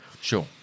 Sure